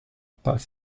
pas